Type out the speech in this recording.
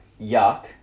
yuck